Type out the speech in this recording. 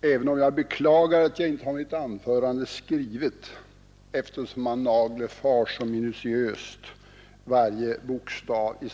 även om jag beklagar att jag inte har mitt anförande skrivet. Varje bokstav nagelfars ju så minutiöst i detta ämne.